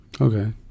Okay